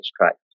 Christ